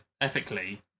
ethically